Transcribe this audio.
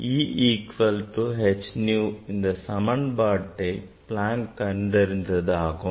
E equal to h nu இந்தச் சமன்பாடு Planck கண்டறிந்ததாகும்